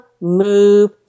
move